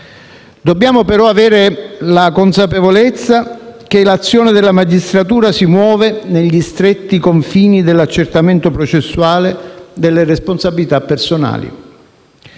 Dobbiamo però avere la consapevolezza che l'azione della magistratura si muove negli stretti confini dell'accertamento processuale delle responsabilità personali: